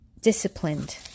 disciplined